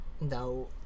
No